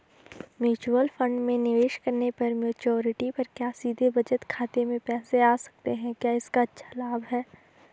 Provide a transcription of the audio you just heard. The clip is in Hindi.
म्यूचूअल फंड में निवेश करने पर मैच्योरिटी पर क्या सीधे बचत खाते में पैसे आ सकते हैं क्या इसका अच्छा लाभ है?